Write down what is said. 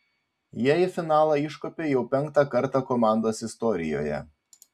jie į finalą iškopė jau penktą kartą komandos istorijoje